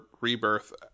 Rebirth